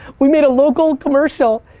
we made a local commercial.